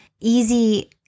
easy